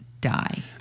die